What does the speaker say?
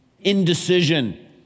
Indecision